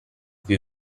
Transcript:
cui